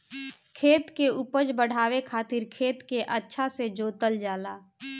खेत के उपज बढ़ावे खातिर खेत के अच्छा से जोतल जाला